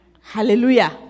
hallelujah